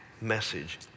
message